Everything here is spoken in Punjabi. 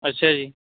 ਅੱਛਾ ਜੀ